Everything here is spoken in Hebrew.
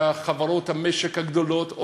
והחברות הגדולות במשק,